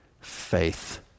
faith